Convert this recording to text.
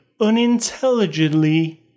unintelligently